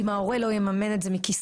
אם ההורה לא יממן את זה מכיסו,